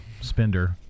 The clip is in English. spender